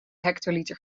hectoliter